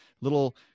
little